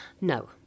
No